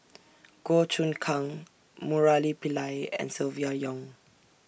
Goh Choon Kang Murali Pillai and Silvia Yong